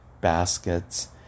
baskets